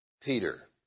Peter